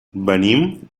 venim